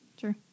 Sure